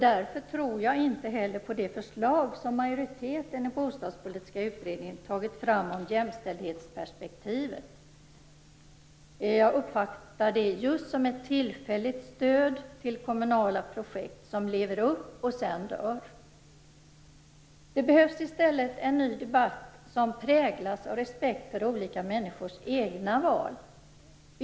Därför tror jag inte heller på det förslag som majoriteten i Bostadspolitiska utredningen har tagit fram om jämställdhetsperspektivet. Jag uppfattar det just som ett tillfälligt stöd till kommunala projekt som lever upp och sedan dör. Det behövs i stället en ny debatt som präglas av respekt för olika människors egna val.